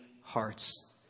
hearts